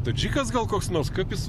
tadžikas gal koks nors kaip jis